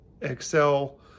excel